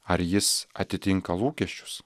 ar jis atitinka lūkesčius